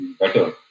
better